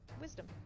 wisdom